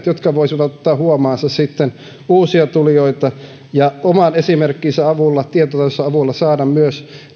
jotka voisivat sitten ottaa huomaansa uusia tulijoita ja oman esimerkkinsä avulla tietojensa avulla saada myös